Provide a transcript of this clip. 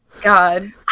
God